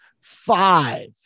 five